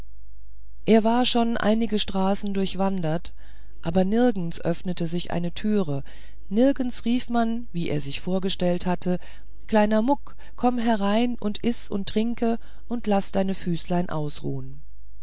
er war schon einige straßen durchwandert aber nirgends öffnete sich eine türe nirgends rief man wie er sich vorgestellt hatte kleiner muck komm herein und iß und trink und laß deine füßlein ausruhen